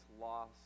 loss